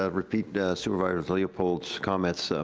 ah repeat supervisor leopold's comments.